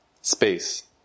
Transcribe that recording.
space